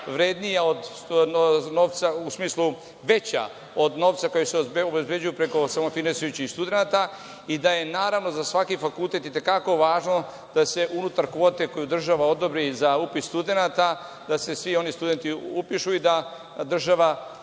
vrednija od novca, u smislu, veća od novca koji se obezbeđuju preko samofinansirajućih studenata i da je, naravno, za svaki fakultet i te kako važno da se unutar kvote koju država odobri za upis studenata da se svi oni studenti upišu i da država,